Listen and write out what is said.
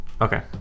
Okay